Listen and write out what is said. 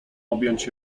objąć